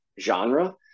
genre